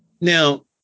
Now